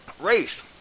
Race